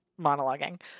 monologuing